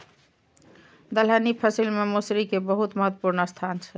दलहनी फसिल मे मौसरी के बहुत महत्वपूर्ण स्थान छै